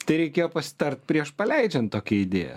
tai reikėjo pasitart prieš paleidžiant tokią idėją